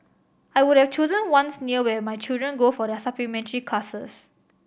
I would have chosen ones near where my children go for their supplementary classes